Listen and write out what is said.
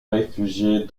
réfugier